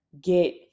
get